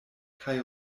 kaj